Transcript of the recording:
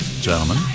Gentlemen